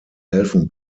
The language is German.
helfen